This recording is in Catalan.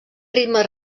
ritmes